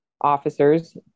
officers